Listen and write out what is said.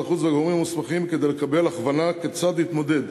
החוץ והגורמים המוסמכים כדי לקבל הכוונה כיצד להתמודד